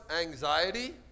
anxiety